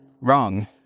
wrong